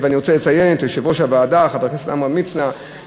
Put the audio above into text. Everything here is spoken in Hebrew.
אני רוצה לציין את יושב-ראש הוועדה חבר הכנסת עמרם מצנע,